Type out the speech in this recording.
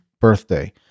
birthday